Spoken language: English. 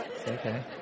Okay